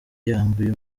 yambuye